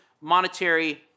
monetary